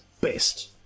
best